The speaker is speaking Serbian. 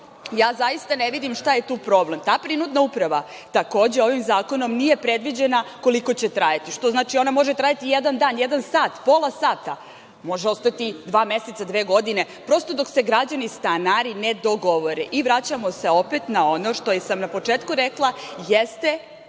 Zaista ne vidim šta je tu problem? Ta prinudna uprava, takođe, ovim zakonom nije predviđena koliko će trajati. Znači, ona može trajati jedan dan, jedan sat, pola sata, može ostati dva meseca, dve godine, prosto, dok se građani stanari ne dogovore. Vraćamo se opet na ono što sam na početku rekla – jeste